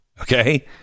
Okay